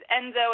Enzo